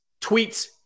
tweets